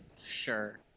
Sure